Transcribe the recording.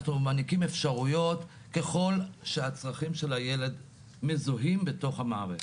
אנחנו מעניקים אפשרויות ככל שהצרכים של הילד מזוהים בתוך המערכת.